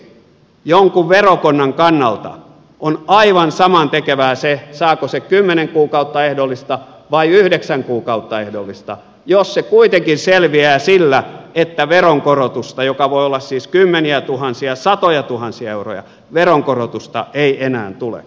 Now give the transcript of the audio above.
toiseksi jonkun verokonnan kannalta on aivan samantekevää se saako hän kymmenen kuukautta ehdollista vai yhdeksän kuukautta ehdollista jos hän kuitenkin selviää sillä että veronkorotusta joka voi olla siis kymmeniätuhansia satojatuhansia euroja ei enää tule